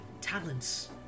talents